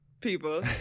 people